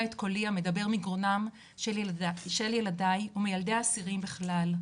את קולי המדבר מגרונם של ילדי ומילדי האסירים בכלל.